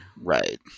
Right